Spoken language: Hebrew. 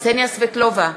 קסניה סבטלובה,